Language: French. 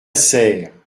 serre